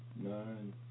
nine